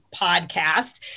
podcast